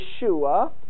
Yeshua